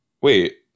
Wait